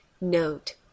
Note